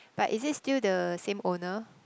but is it still the same owner